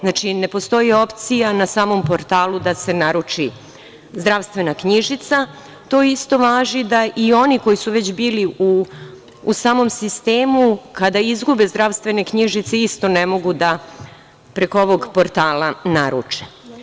Znači, ne postoji opcija na samom portalu da se naruči zdravstvena knjižica, to isto važi da i oni koji su već bili u samom sistemu kada izgube zdravstvene knjižice isto ne mogu da preko ovog portala naruče.